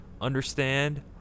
understand